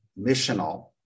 missional